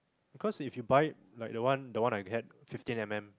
because if you buy like the one the one I had fifteen M M